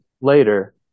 Later